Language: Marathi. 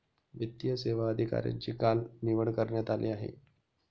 वित्तीय सेवा अधिकाऱ्यांची काल निवड करण्यात आली आहे